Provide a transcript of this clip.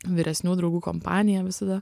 vyresnių draugų kompanija visada